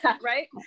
right